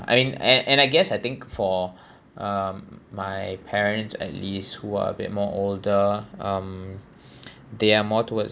I mean and and I guess I think for um my parents at least who are a bit more older um they are more towards